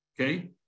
okay